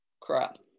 crap